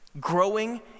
growing